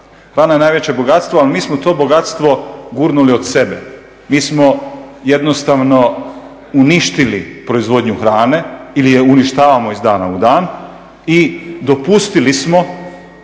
Hrana je najveće bogatstvo, ali mi smo to bogatstvo gurnuli od sebe. Mi smo jednostavno uništili proizvodnju hrane ili je uništavamo iz dana u dan i dopustili smo